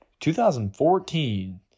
2014